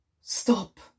Stop